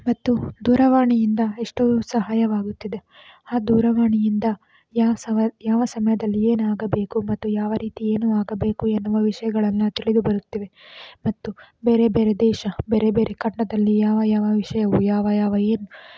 ಮತ್ತು ದೂರವಾಣಿಯಿಂದ ಎಷ್ಟೋ ಸಹಾಯವಾಗುತ್ತಿದೆ ಆ ದೂರವಾಣಿಯಿಂದ ಯಾ ಸವ ಯಾವ ಸಮಯದಲ್ಲಿ ಏನಾಗಬೇಕು ಮತ್ತು ಯಾವ ರೀತಿ ಏನು ಆಗಬೇಕು ಎನ್ನುವ ವಿಷಯಗಳನ್ನು ತಿಳಿದು ಬರುತ್ತಿವೆ ಮತ್ತು ಬೇರೆ ಬೇರೆ ದೇಶ ಬೇರೆ ಬೇರೆ ಖಂಡದಲ್ಲಿ ಯಾವ ಯಾವ ವಿಷಯವು ಯಾವ ಯಾವ ಏನು